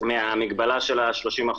מהמגבלה של ה-30%,